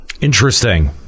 Interesting